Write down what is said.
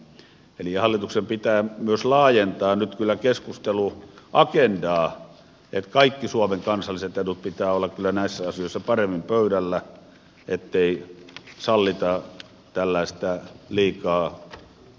eli hallituksen pitää myös laajentaa nyt kyllä keskusteluagendaa kaikkien suomen kansallisten etujen pitää olla näissä asioissa paremmin pöydällä ettei sallita tällaista liikaa sektoroitumista